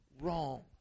Wrong